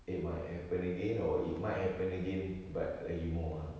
it might happen again or it might happen again but lagi more ah